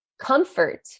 Comfort